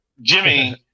jimmy